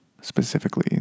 Specifically